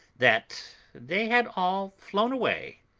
that they had all flown away.